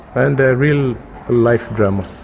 and a real life drama.